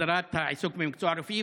הסדרת העיסוק במקצוע רפואי.